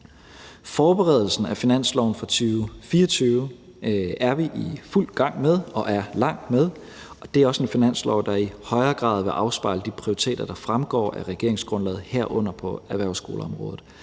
Forberedelsen af finanslovsforslaget for 2024 er vi i fuld gang med og langt med. Det er også en finanslov, der i højere grad vil afspejle de prioriteter, der fremgår af regeringsgrundlaget, herunder på erhvervsskoleområdet.